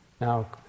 Now